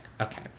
Okay